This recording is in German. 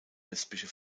lesbische